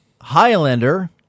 Highlander